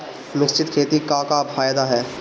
मिश्रित खेती क का फायदा ह?